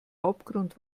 hauptgrund